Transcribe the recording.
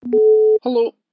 Hello